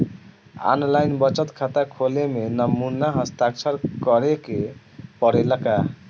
आन line बचत खाता खोले में नमूना हस्ताक्षर करेके पड़ेला का?